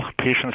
patients